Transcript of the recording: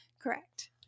Correct